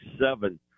seven